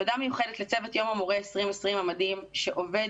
תודה מיוחדת לצוות יום המורה 2020 המדהים שעובד